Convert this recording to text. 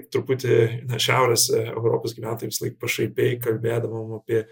truputį na šiaurės europos gyventojai visąlaik pašaipiai kalbėdavom apie